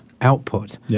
output